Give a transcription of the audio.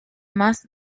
más